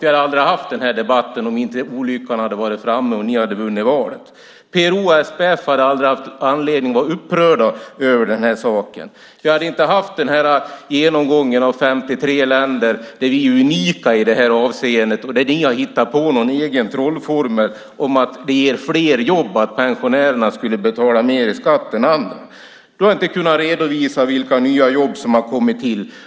Vi hade aldrig haft den här debatten om inte olyckan hade varit framme och ni hade vunnit valet. PRO och SPF hade aldrig haft anledning att vara upprörda över den här saken. Vi hade inte haft genomgången av 53 länder där vi är unika i det här avseendet. Ni har hittat på någon egen trollformel om att det ger fler jobb att pensionärerna skulle betala mer i skatt än andra. Du har inte kunnat redovisa vilka nya jobb som har kommit till.